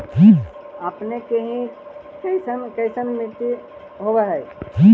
अपने के यहाँ कैसन कैसन मिट्टी होब है?